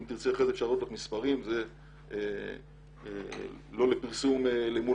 אם תרצי אוכל להראות לך מספרים זה לא לפרסום אל מול